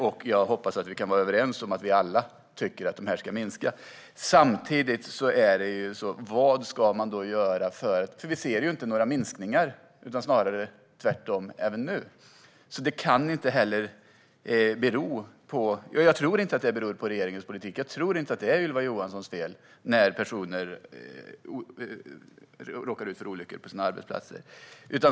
Jag hoppas att vi alla kan vara överens om att de ska minska. Men vad ska man då göra? Vi ser ju inte några minskningar, utan snarare motsatsen. Jag tror inte att det beror på regeringens politik. Jag tror inte att det är Ylva Johanssons fel när personer råkar ut för olyckor på sina arbetsplatser.